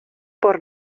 por